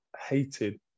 hated